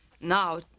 now